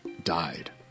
died